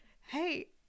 hey